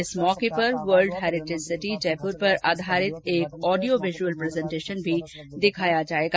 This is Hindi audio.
इस मौके पर वर्ल्ड हेरिटेज सिटी जयपुर पर आधारित एक ऑडियो विजुअल प्रेजेंटेशन भी दिखाया जाएगा